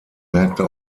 märkte